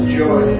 joy